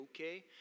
Okay